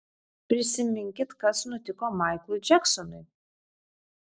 prisiminkit kas nutiko maiklui džeksonui